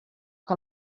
que